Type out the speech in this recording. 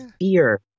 fear